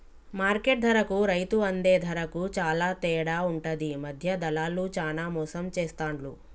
market ధరకు రైతు అందే ధరకు చాల తేడా ఉంటది మధ్య దళార్లు చానా మోసం చేస్తాండ్లు